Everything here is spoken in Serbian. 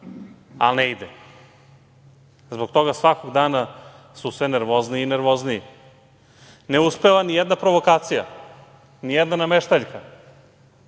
ali ne ide. Zbog toga svakog dana su sve nervozniji i nervozniji. Ne uspeva nijedna provokacija, nijedna nameštaljka.